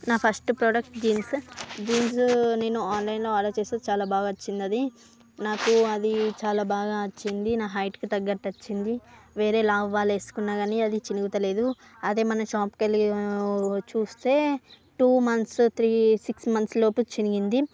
నా first product jeans jeans నేను online లో ఆర్డర్ చేస్తే చాలా బాగా వచ్చింది అది నాకు అది చాలా బాగా నచ్చింది నా హైట్ కి తగ్గట్టు వచ్చింది వేరే లావు వాళ్ళు వేసుకున్నా గాని అది చినుకుతలేదు అదే మన షాప్కి వెళ్లి చూస్తే two months three six months లోపు చిరిగింది